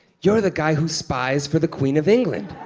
you're the guy who spies for the queen of england.